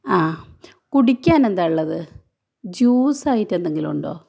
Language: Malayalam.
ആ കുടിക്കാന് എന്താണ് ഉള്ളത് ജൂസായിട്ട് എന്തെങ്കിലുമുണ്ടോ